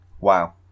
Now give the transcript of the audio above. Wow